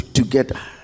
together